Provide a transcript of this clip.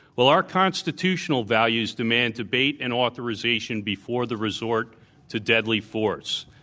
well, our constitutional values demand debate and authorization before the resort to deadly force.